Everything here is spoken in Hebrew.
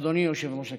אדוני יושב-ראש הכנסת.